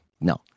no